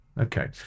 Okay